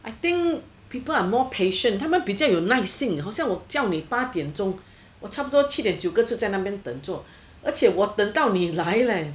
I think people are more patient 他们比较有耐性好像我叫你八点钟我差不多七点九个字在那边等座而且我等到你来 leh